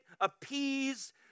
appease